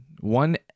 one